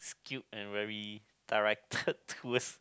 cute and very directed towards